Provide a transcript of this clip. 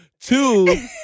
Two